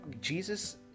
jesus